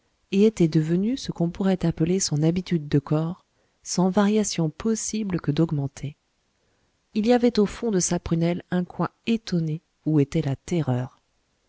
était devenue ce qu'on pourrait appeler son habitude de corps sans variation possible que d'augmenter il y avait au fond de sa prunelle un coin étonné où était la terreur